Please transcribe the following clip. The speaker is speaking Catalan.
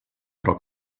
però